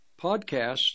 podcasts